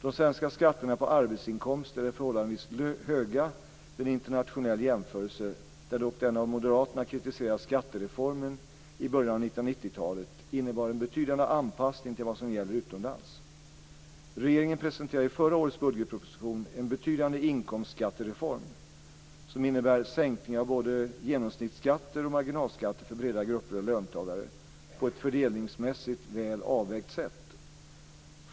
De svenska skatterna på arbetsinkomster är förhållandevis höga vid en internationell jämförelse, där dock den av moderaterna kritiserade skattereformen i början av 1990-talet innebar en betydande anpassning till vad som gäller utomlands. Regeringen presenterade i förra årets budgetproposition en betydande inkomstskattereform, som innebär sänkningar av både genomsnittsskatter och marginalskatter för breda grupper av löntagare på ett fördelningsmässigt väl avvägt sätt.